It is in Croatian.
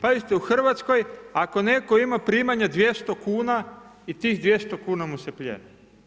Pazite u Hrvatskoj ako netko ima primanje 200 kuna i tih 200 kuna mu se plijeni.